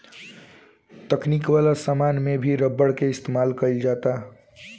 तकनीक वाला समान में भी रबर के इस्तमाल कईल जाता